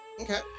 Okay